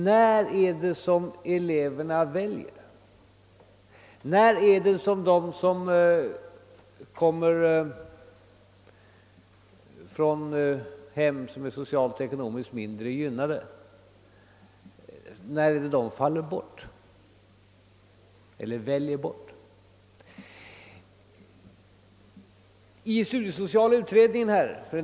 För en del år sedan grant i studiesociala utredningen.